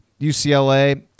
UCLA